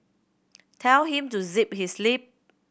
tell him to zip his lip